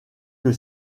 que